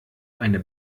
eine